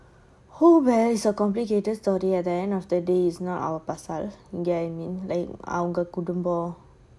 oh well is a complicated story at the end of the day is not our அவங்ககுடும்பம்:avanga kudumbam like you get what I mean